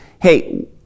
hey